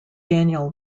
daniel